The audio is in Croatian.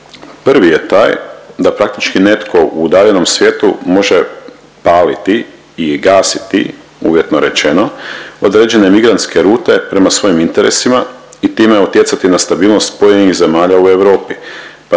Prvi je taj da praktički netko u udaljenom svijetu može paliti i gasiti uvjetno rečeno određene migrantske rute prema svojim interesima i time utjecati na stabilnost pojedinih zemalja u Europi, pa